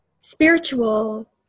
spiritual